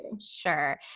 sure